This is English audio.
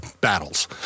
battles